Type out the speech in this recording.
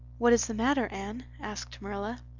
what is the matter, anne? asked marilla.